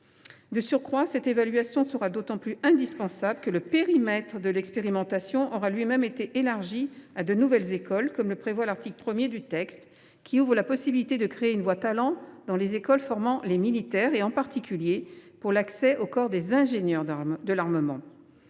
De surcroît, cette évaluation est d’autant plus indispensable que le périmètre de l’expérimentation aura lui même été élargi à de nouvelles écoles, comme le prévoit l’article 1 du texte. Celui ci ouvre en effet la possibilité de créer une voie Talents dans les écoles formant les militaires, en particulier pour l’accès au corps des ingénieurs de l’armement.